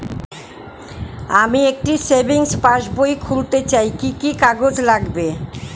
আমি একটি savings passbook খুলতে চাই কি কি কাগজ লাগবে?